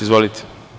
Izvolite.